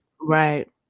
Right